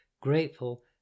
grateful